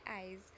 eyes